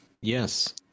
Yes